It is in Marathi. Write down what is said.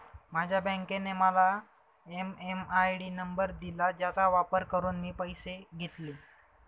माझ्या बँकेने मला एम.एम.आय.डी नंबर दिला ज्याचा वापर करून मी पैसे घेतले